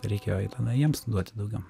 reikėjo eit tenai jiems duoti daugiau